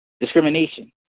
discrimination